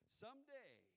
someday